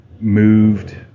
moved